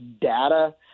data